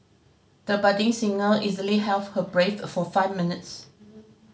the budding singer easily held her breath for five minutes